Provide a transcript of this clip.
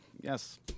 yes